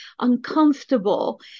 uncomfortable